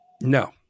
No